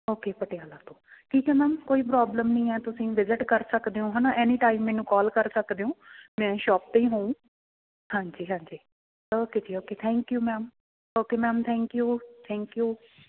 okay Patiala ਤੋਂ ਠੀਕ ਹੈ ਮੈਮ ਕੋਈ ਪ੍ਰੋਬਲਮ ਨਹੀਂ ਹੈ ਤੁਸੀਂ ਵਿਜਿਟ ਕਰ ਸਕਦੇ ਓਂ ਹੈ ਨਾ ਐਨੀ ਟਾਈਮ ਮੈਨੂੰ ਕਾਲ ਕਰ ਸਕਦੇ ਓਂ ਮੈਂ ਸ਼ੋਪ 'ਤੇ ਹੀ ਹੋਊ ਹਾਂਜੀ ਹਾਂਜੀ ਓਕੇ ਜੀ okay thank you ma'am okay ma'am thank you thank you